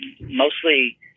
mostly